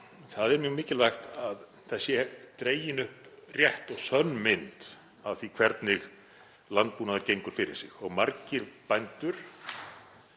það er mjög mikilvægt að dregin sé upp rétt og sönn mynd af því hvernig landbúnaður gengur fyrir sig og margir bændur,